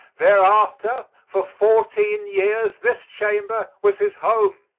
thereafter for fourteen years this chamber was his home.